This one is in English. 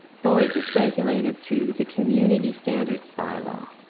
noise is regulated through the community standards bylaw.